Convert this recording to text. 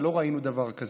ולא ראינו דבר כזה.